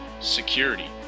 Security